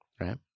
Right